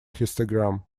histogram